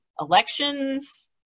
Elections